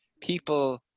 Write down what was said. people